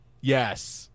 Yes